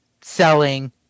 selling